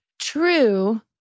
True